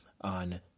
on